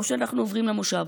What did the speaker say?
או שאנחנו עוברים למושב.